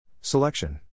Selection